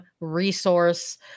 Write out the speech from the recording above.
resource